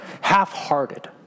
half-hearted